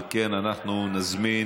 על כן, אנחנו נזמין